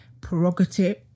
prerogative